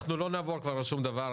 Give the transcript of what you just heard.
אנחנו לא נעבור כבר על שום דבר.